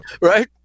Right